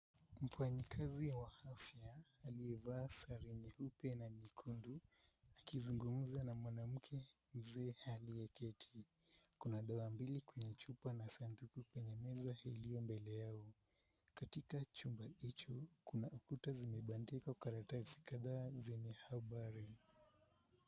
Mfanyikazi wa afya aliyevaa sare nyeupe na nyekundu akizungumza na mwanamke mzee aliyeketi. Kuna dawa mbili kwenye chupa na sanduku kwenye meza iliyo mbele yao. Katika chumba hicho kuna ukuta zimebandikwa karatasi kadhaa zenye habari.